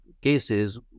cases